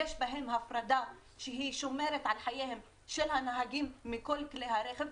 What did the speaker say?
יש בהם הפרדה ששומרת על חייהם של הנהגים מכל כלי הרכב.